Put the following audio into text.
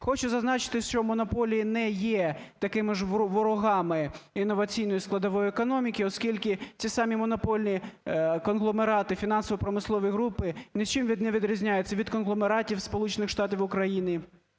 Хочу зазначити, що монополії не є такими ж ворогами інноваційної складової економіки, оскільки ці самі монопольні конгломерати, фінансово-промислові групи нічим не відрізняються від конгломератів Сполучених Штатів… України,